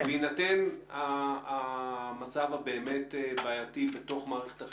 בהינתן המצב הבעייתי בתוך מערכת החינוך,